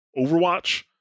overwatch